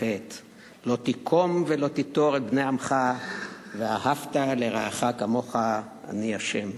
חטא לא תִקֹם ולא תִטֹר את בני עמך ואהבת לרעך כמוך אני ה'".